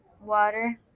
water